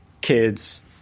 kids